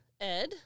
Ed